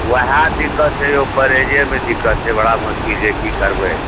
ओहए दिक्कत छै यौ परहेजेमे दिक्कत छै बड़ा मुश्किल छै की करबै